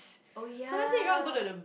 oh ya